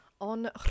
on